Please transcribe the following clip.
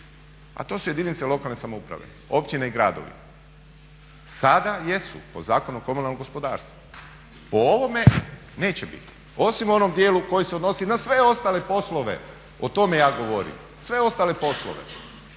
a to su jedinice lokalne samouprave, općine i gradovi. Sada jesu po Zakonu o komunalnom gospodarstvu. Po ovome neće biti, osim u onom dijelu koji se odnosi na sve ostale poslove, o tome ja govorim, sve ostale poslove